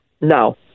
No